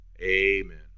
amen